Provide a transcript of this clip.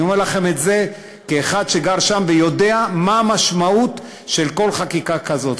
אני אומר לכם את זה כאחד שגר שם ויודע מה המשמעות של כל חקיקה כזאת.